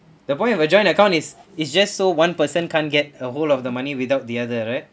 the point of a joint account is is just so one person can't get a whole of the money without the other right